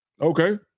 Okay